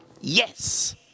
Yes